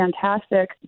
fantastic